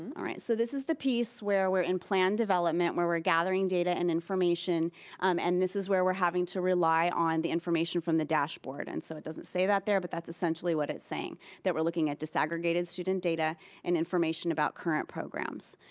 um so this is the piece where were in plan development where we're gathering data and information um and this is where we're having to rely on the information from the dashboard and so it doesn't say that there, but that's essentially what it's saying that we're looking at disaggregated student data and information about current programs.